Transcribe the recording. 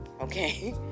okay